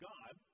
God